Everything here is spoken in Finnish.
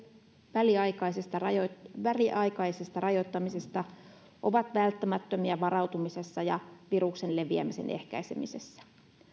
väliaikaisesta väliaikaisesta rajoittamisesta ovat välttämättömiä varautumisessa ja viruksen leviämisen ehkäisemisessä